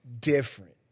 different